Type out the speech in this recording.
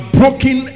broken